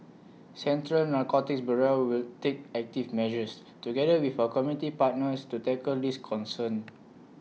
central narcotics bureau will take active measures together with our community partners to tackle this concern